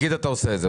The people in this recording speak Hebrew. מה קורה אז?